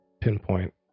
pinpoint